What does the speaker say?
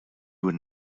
would